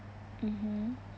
mmhmm